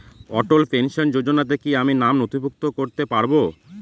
অটল pension যোজনাতে কি আমি নাম নথিভুক্ত করতে পারবো?